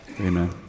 Amen